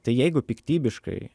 tai jeigu piktybiškai